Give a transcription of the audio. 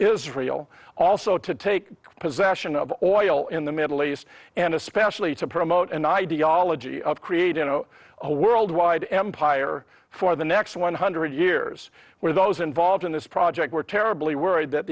israel also to take possession of oil in the middle east and especially to promote an ideology of creating a worldwide empire for the next one hundred years where those involved in this project were terribly worried that